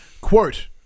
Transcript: quote